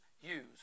use